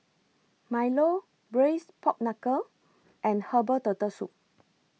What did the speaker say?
Milo Braised Pork Knuckle and Herbal Turtle Soup